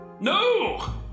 No